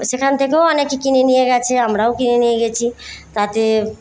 সেখান থেকেও অনেকে কিনে নিয়ে গেছে আমরাও কিনে নিয়ে গেছি তাতে